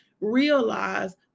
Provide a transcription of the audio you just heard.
realize